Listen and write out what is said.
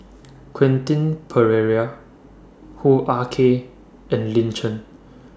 Quentin Pereira Hoo Ah Kay and Lin Chen